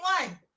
one